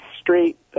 street